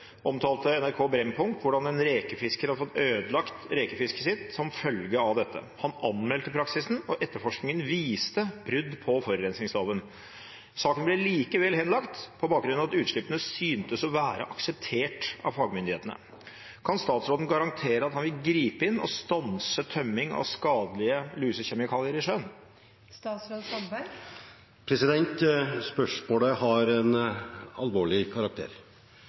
omtalte NRK Brennpunkt hvordan en rekefisker har fått rekefisket ødelagt som følge av dette. Han anmeldte praksisen og etterforskningen viste brudd på forurensningsloven. Saken ble allikevel henlagt på bakgrunn av at utslippene synes å være akseptert av fagmyndighetene. Kan statsråden garantere at han vil gripe inn og stanse tømming av skadelige kjemikalier i sjøen?» Spørsmålet har en alvorlig karakter.